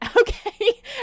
Okay